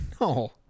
No